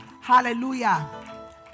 Hallelujah